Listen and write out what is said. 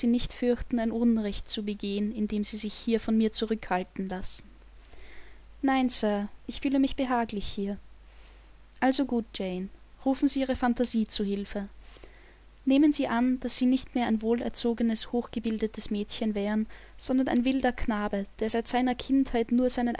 nicht fürchten ein unrecht zu begehen indem sie sich hier von mir zurückhalten lassen nein sir ich fühle mich behaglich hier also gut jane rufen sie ihre phantasie zu hilfe nehmen sie an daß sie nicht mehr ein wohlerzogenes hochgebildetes mädchen wären sondern ein wilder knabe der seit seiner kindheit nur seinen